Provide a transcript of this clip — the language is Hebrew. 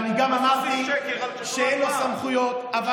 ואני גם אמרתי שאין לו סמכויות.